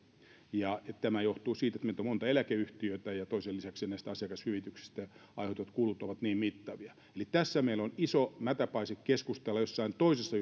tämä johtuu siitä että meillä on monta eläkeyhtiötä ja toisekseen lisäksi näistä asiakashyvityksistä aiheutuvat kulut ovat niin mittavia eli tässä meillä on iso mätäpaise keskustella jossain toisessa